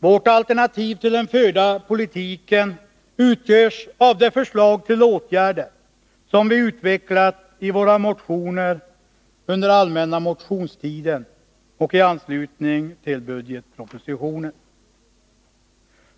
Vårt alternativ till den förda politiken utgörs av de förslag till åtgärder som vi utvecklat i våra motioner under den allmänna motionstiden och i anslutning till budgetpropositionen.